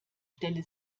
stelle